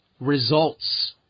results